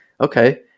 okay